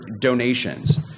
donations